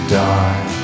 die